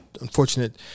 unfortunate